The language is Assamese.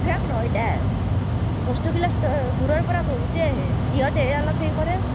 শেষ নহয় দে বস্তুগিলা গোলাৰ পৰা বহুতেই আহে সিহঁতেহে অলপ সেই কৰে